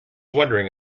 wondering